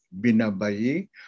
binabayi